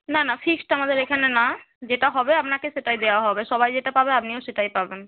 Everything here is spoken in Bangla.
না না ফিক্সড আমাদের এখানে না যেটা হবে আপনাকে সেটাই দেওয়া হবে সবাই যেটা পাবে আপনিও সেটাই পাবেন